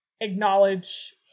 acknowledge